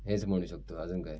हेच म्हणू शकतो अजून काय